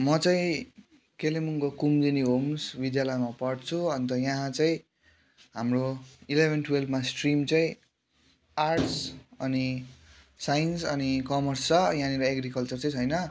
म चाहिँ कलिम्पोङको कुमुदिनी होम्स विद्यालयमा पढ्छु अन्त यहाँ चाहिँ हाम्रो इलेभेन टुवेल्भमा स्ट्रिम चाहिँ आर्ट्स अनि साइन्स अनि कमर्स छ यहाँनिर एग्रिकल्चर चाहिँ छैन